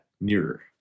nearer